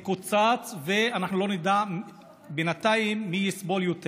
יקוצץ, ואנחנו לא נדע בינתיים מי יסבול יותר.